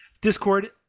discord